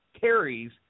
carries